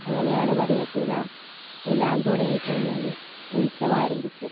അങ്ങനെയാണ് പറയാ തുലാം തുലാം തുടങ്ങി കഴിഞ്ഞാൽ ഉത്സവം ആരംഭിച്ചുന്നാണ്